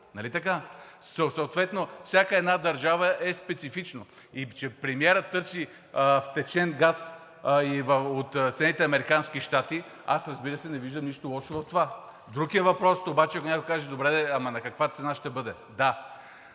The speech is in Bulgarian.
нали така? Съответно във всяка една държава е специфично и че премиерът търси втечнен газ от Съединените американски щати, аз, разбира се, не виждам нищо лошо в това. Друг е въпросът обаче, ако някой каже: добре де, ама на каква цена ще бъде? Да.